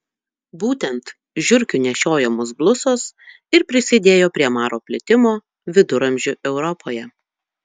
būtent žiurkių nešiojamos blusos ir prisidėjo prie maro plitimo viduramžių europoje